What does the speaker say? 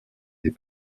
des